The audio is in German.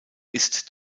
ist